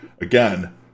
again